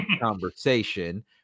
conversation